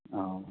ꯑꯧ